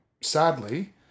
sadly